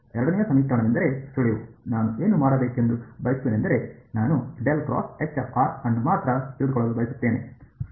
ಎರಡನೆಯ ಸಮೀಕರಣವೆಂದರೆ ಸುಳಿವು ನಾನು ಏನು ಮಾಡಬೇಕೆಂದು ಬಯಸುತ್ತೇನೆಂದರೆ ನಾನು ಅನ್ನು ಮಾತ್ರ ತೆಗೆದುಕೊಳ್ಳಲು ಬಯಸುತ್ತೇನೆ